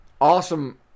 Awesome